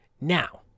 Now